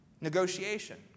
negotiation